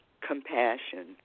compassion